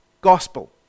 gospel